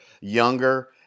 younger